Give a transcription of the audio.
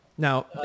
Now